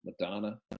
Madonna